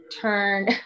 turn